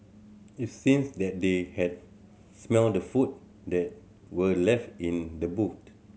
it seemed that they had smelt the food that were left in the boot